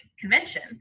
convention